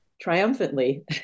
triumphantly